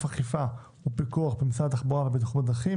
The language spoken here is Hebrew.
אכיפה ופיקוח במשרד התחבורה והבטיחות בדרכים,